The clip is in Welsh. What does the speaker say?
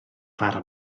fara